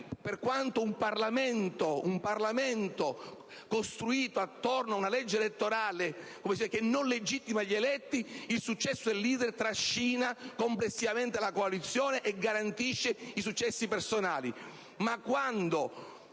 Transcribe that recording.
Per quanto un Parlamento sia costruito intorno ad una legge elettorale che non legittima gli eletti, il successo del leadertrascina la coalizione garantendo i successi personali.